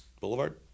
Boulevard